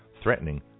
threatening